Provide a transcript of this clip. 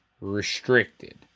restricted